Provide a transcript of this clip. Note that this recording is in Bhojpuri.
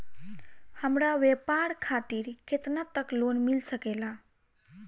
हमरा व्यापार खातिर केतना तक लोन मिल सकेला?